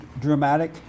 dramatic